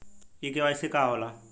इ के.वाइ.सी का हो ला?